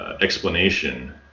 explanation